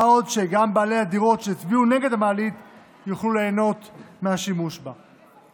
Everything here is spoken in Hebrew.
מה עוד שגם בעלי הדירות שהצביעו נגד המעלית יוכלו ליהנות מהשימוש בה.